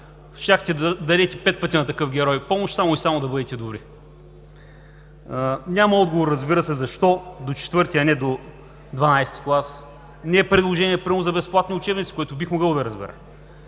да дадете пет пъти на такъв герой помощ само и само да бъдете добри. Няма отговор, разбира се, защо до четвърти, а не до дванадесети клас. Не е предложение примерно за безплатни учебници, което бих могъл да разбера.